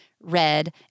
red